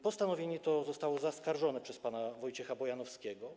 Postanowienie to zostało zaskarżone przez pana Wojciecha Bojanowskiego.